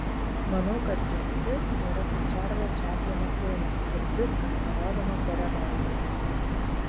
manau kad gentis yra kaip čarlio čaplino filmai kur viskas parodoma per emocijas